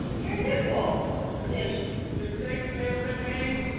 your immutable ish mistakes may have been made.